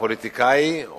הפוליטיקאי,